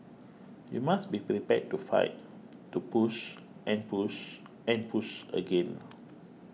you must be prepared to fight to push and push and push again